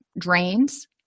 drains